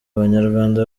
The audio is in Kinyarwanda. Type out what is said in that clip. banyarwanda